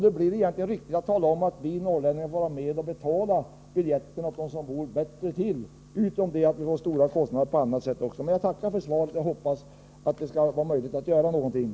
Det blir — det är viktigt att tala om —så att vi norrlänningar får vara med och betala biljetterna för dem som bor bättre till, förutom att vi får stora kostnader också på annat sätt. Jag tackar för svaret, och jag hoppas att det skall vara möjligt att åstadkomma förbättringar.